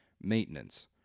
Maintenance